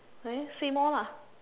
then say more lah